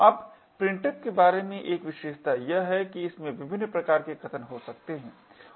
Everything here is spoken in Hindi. अब printf के बारे में एक विशेषता यह है कि इसमें विभिन्न प्रकार के कथन हो सकते हैं